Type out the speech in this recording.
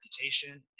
reputation